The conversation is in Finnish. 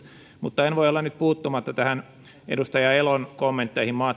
mutta en voi olla nyt puuttumatta näihin edustaja elon kommentteihin